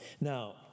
Now